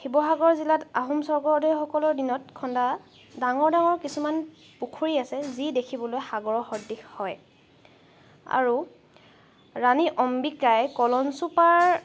শিৱসাগৰ জিলাত আহোম স্বৰ্গদেউসকলৰ দিনত খন্দা ডাঙৰ ডাঙৰ কিছুমান পুখুৰী আছে যি দেখিবলৈ সাগৰৰ সদৃশ হয় আৰু ৰাণী অম্বিকাই কলঞ্চুপাৰ